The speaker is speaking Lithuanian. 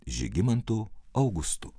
žygimantu augustu